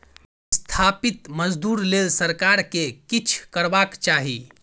बिस्थापित मजदूर लेल सरकार केँ किछ करबाक चाही